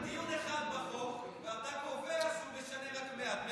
לא השתתפת בדיון אחד על החוק ואתה קובע שהוא משנה רק מעט.